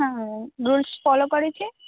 હા rules follow કરે છે